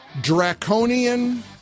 draconian